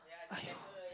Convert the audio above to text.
!aiyo!